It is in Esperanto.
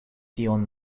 tion